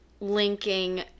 linking